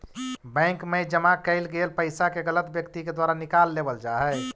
bank मैं जमा कैल गेल पइसा के गलत व्यक्ति के द्वारा निकाल लेवल जा हइ